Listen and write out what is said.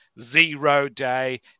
zero-day